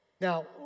Now